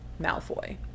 Malfoy